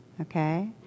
Okay